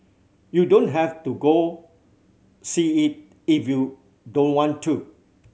you don't have to go see it if you don't want to